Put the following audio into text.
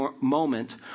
moment